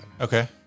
Okay